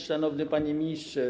Szanowny Panie Ministrze!